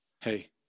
hey